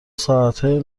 ساعتای